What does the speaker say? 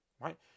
right